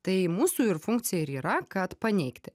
tai mūsų ir funkcija ir yra kad paneigti